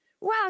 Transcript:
Wow